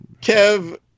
Kev